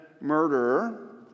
murderer